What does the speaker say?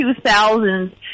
2000s